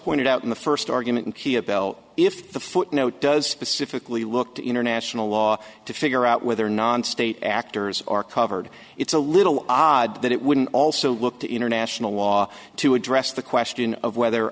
pointed out in the first argument and key a bell if the footnote does specifically look to international law to figure out whether non state actors are covered it's a little odd that it wouldn't also look to international law to address the question of whether